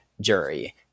jury